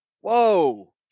whoa